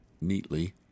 neatly